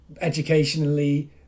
educationally